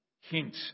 hint